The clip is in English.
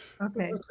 okay